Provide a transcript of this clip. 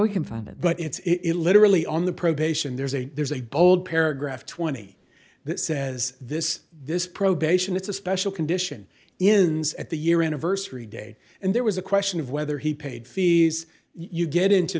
we can find it but it's it literally on the probation there's a there's a bold paragraph twenty that says this this probation it's a special condition is at the year anniversary day and there was a question of whether he paid fees you get into